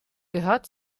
gehört